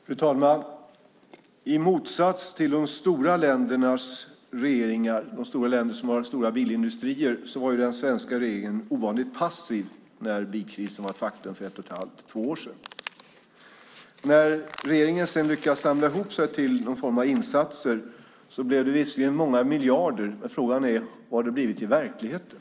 Fru talman! I motsats till de stora ländernas regeringar, de stora länder som har stora bilindustrier, var den svenska regeringen ovanligt passiv när bilkrisen var ett faktum för ett och ett halvt till två år sedan. När regeringen sedan lyckades samla ihop sig till någon form av insatser blev det visserligen många miljarder, men frågan är vad det blivit i verkligheten.